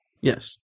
Yes